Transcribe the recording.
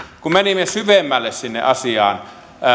menimme syvemmälle sinne asiaan